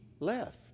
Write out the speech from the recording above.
left